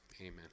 Amen